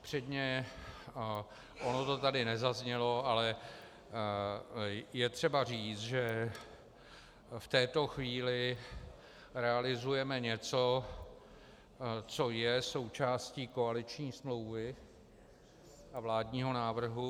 Předně, ono to tady nezaznělo, ale je třeba říct, že v této chvíli realizujeme něco, co je součástí koaliční smlouvy a vládního návrhu.